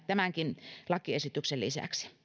tämänkin lakiesityksen lisäksi